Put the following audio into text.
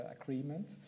agreement